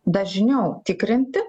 dažniau tikrinti